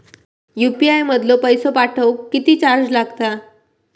UPI मधलो पैसो पाठवुक किती चार्ज लागात?